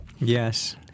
Yes